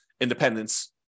independence